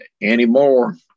anymore